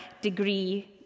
degree